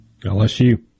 LSU